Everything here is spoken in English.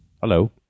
hello